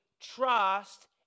trust